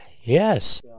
yes